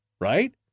right